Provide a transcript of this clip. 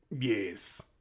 Yes